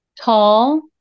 Tall